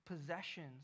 possessions